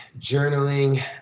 journaling